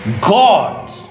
God